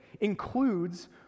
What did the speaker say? includes